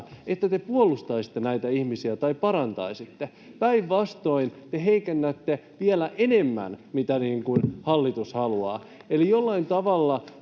että te puolustaisitte näitä ihmisiä tai parantaisitte. Päinvastoin te heikennätte vielä enemmän kuin mitä hallitus haluaa.